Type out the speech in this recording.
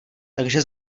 takže